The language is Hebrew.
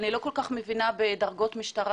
לא כל כך מבינה בדרגות משטרה,